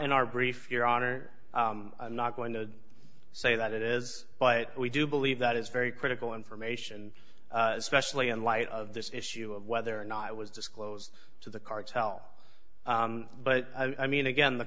in our brief your honor i'm not going to say that it is but we do believe that is very critical information especially in light of this issue of whether or not i was disclosed to the cartel but i mean again the